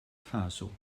faso